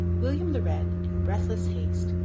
william the red, in breathless haste,